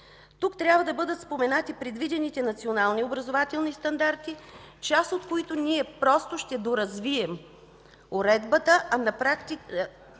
Тук трябва да бъдат споменати предвидените национални образователни стандарти, част от които не просто ще доразвият уредбата, а на практика